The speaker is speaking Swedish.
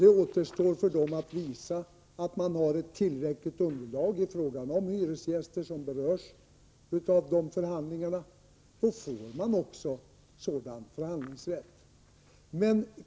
Det återstår för dem också att visa att man har ett tillräckligt underlag i fråga om hyresgäster som berörs av förhandlingarna. Sedan får man en förhandlingsrätt.